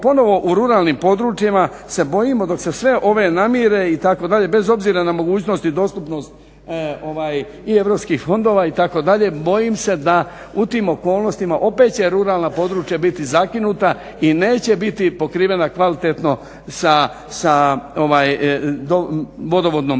ponovno u ruralnim područjima, se bojimo dok se sve ove namire itd. bez obzira na mogućnost i dostupnost i europskih fondova itd. bojim se da u tim okolnostima opet će ruralna područja biti zakinuta i neće biti pokrivena kvalitetno sa vodovodnom